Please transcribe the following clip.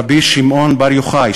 רבי שמעון בר יוחאי,